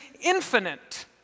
infinite